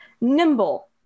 Nimble